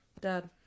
dad